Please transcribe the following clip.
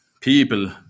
people